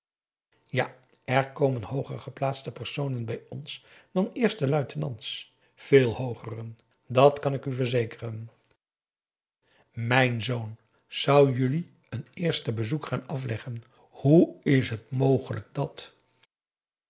ja er komen hooger geplaatste personen bij ons dan e luitenants veel hoogeren dàt kan ik u verzekeren mijn zoon zou jullie een eerste bezoek gaan afleggen hoe is het mogelijk dat